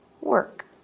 Work